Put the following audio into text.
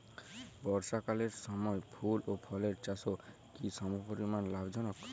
বর্ষাকালের সময় ফুল ও ফলের চাষও কি সমপরিমাণ লাভজনক?